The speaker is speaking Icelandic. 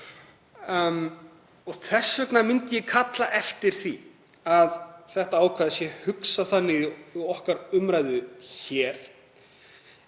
Þess vegna myndi ég kalla eftir því að þetta ákvæði sé hugsað þannig í okkar umræðu hér.